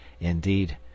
indeed